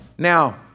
Now